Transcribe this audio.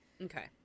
Okay